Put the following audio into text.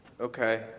Okay